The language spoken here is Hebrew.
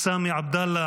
סאמי עבדאללה,